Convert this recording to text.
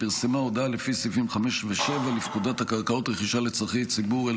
ופרסמה הודעה לפי סעיפים 5 ו-7 לפקודת הקרקעות (רכישה לצורכי ציבור),